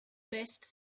best